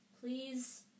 please